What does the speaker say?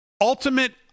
ultimate